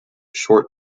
short